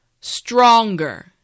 stronger